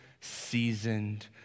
seasoned